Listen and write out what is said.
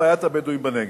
בעיית הבדואים בנגב.